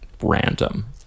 random